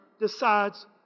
decides